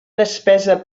despesa